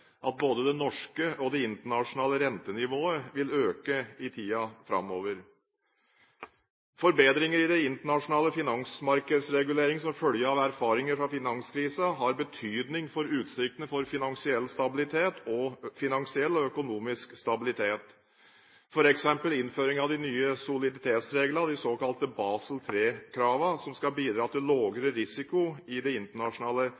at både det norske og det internasjonale rentenivået vil øke i tiden framover. Forbedringer i de internasjonale finansmarkedsreguleringene som følge av erfaringer fra finanskrisen har betydning for utsiktene for finansiell og økonomisk stabilitet. For eksempel vil innføring av nye soliditetsregler, bl.a. de såkalte Basel III-kravene, bidra til lavere risiko i det internasjonale